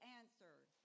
answered